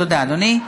תודה, אדוני.